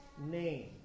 name